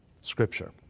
Scripture